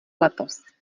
letos